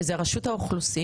שזו רשות האוכלוסין,